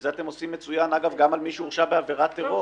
את זה אתם עושים מצוין על מי שהורשע בעבירת טרור